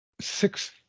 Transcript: six